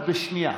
את בשנייה.